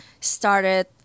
started